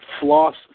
floss